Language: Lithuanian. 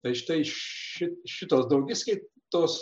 tai štai ši šitos daugiskaitos